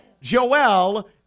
Joel